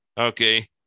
Okay